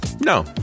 No